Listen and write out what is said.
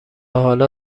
حالا